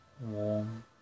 warm